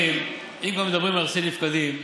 אם כבר מדברים על נכסי נפקדים,